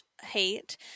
hate